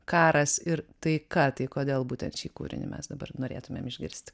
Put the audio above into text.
karas ir taika tai kodėl būtent šį kūrinį mes dabar norėtumėm išgirsti